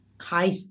high